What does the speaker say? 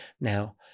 now